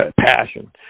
passion